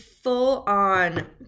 full-on